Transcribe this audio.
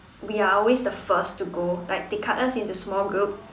we are always the first to go like they cut us into small groups